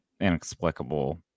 inexplicable